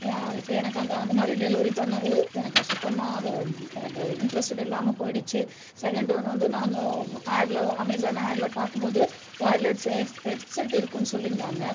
யா இப்போ எனக்கு அந்த அந்த மாதிரி டெலிவரி பண்ணது எனக்கு சுத்தமாக அதுவும் எனக்கு இன்ட்ரெஸ்டட் இல்லாமல் போய்டுச்சி செகண்ட் ஒன் வந்து நான் ஆடில் அமேசான் ஆடில் பார்க்கும் போது ஒயர்லெஸ் எஸ்ட் ஹெட்செட் இருக்குன்னு சொல்லியிருந்தாங்க